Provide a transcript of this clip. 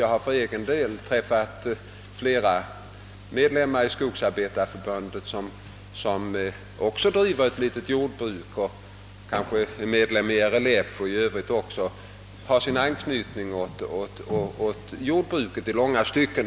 Jag har för egen del träffat flera medlemmar i Skogsarbetareförbundet som också driver små jordbruk, kanske är medlemmar i RLF och även i övrigt har anknytning till jordbruket i långa stycken.